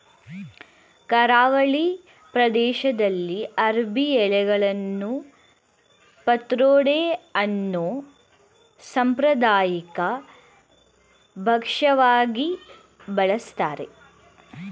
ಕರಾವಳಿ ಪ್ರದೇಶ್ದಲ್ಲಿ ಅರ್ಬಿ ಎಲೆಗಳನ್ನು ಪತ್ರೊಡೆ ಅನ್ನೋ ಸಾಂಪ್ರದಾಯಿಕ ಭಕ್ಷ್ಯವಾಗಿ ಬಳಸ್ತಾರೆ